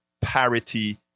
parity